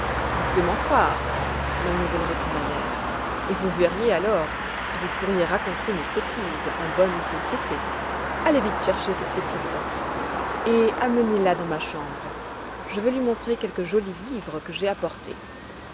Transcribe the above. vous pouvez m'en croire m elle rottenmeier et vous verriez alors si vous pourriez raconter mes sottises en bonne société allez vite chercher cette petite et amenez la dans ma chambre je veux lui donner quelques jolis livres que j'ai apportés